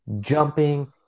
jumping